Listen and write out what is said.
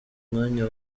mwanya